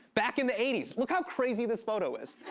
back in the eighty s. look how crazy this photo is.